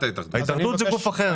ההתאחדות זה גוף אחר.